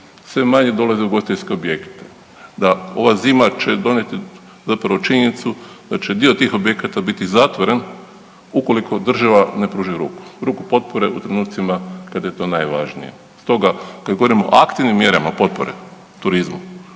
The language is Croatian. sve manje dolaze u ugostiteljske objekte, da ova zima će donijeti zapravo činjenicu da će dio tih objekata biti zatvoren ukoliko država ne pruži ruku. Ruku potpore u trenucima kad je to najvažnije. Stoga kad govorimo o aktivnim mjerama potpore turizmu,